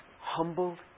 humbled